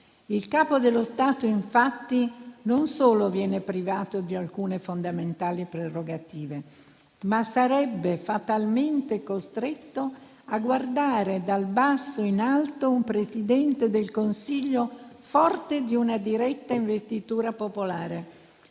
Il Capo dello Stato, infatti, non solo viene privato di alcune fondamentali prerogative, ma sarebbe fatalmente costretto a guardare dal basso in alto un Presidente del Consiglio forte di una diretta investitura popolare